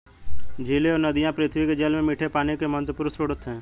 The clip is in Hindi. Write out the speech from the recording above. झीलें और नदियाँ पृथ्वी के जल में मीठे पानी के महत्वपूर्ण स्रोत हैं